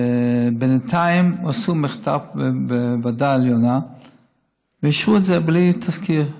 ובינתיים עשו מחטף בוועדה העליונה ואישרו את זה בלי תזכיר.